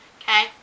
okay